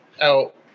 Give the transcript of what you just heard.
out